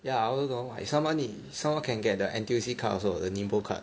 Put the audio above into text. ya I also don't know why somemore need somemore can get the N_T_U_C card also the nEbO card